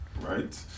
right